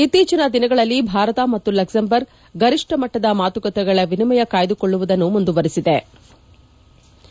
ಇತೀಚಿನ ದಿನಗಳಲ್ಲಿ ಭಾರತ ಮತ್ತು ಲಕ್ಸೆಂಬರ್ಗ್ ಗರಿಷ್ಠ ಮಟ್ಟದ ಮಾತುಕತೆಗಳ ವಿನಿಮಯ ಕಾಯ್ದುಕೊಳ್ಳುವುದನ್ನು ಮುಂದುವರಿಸಿವೆ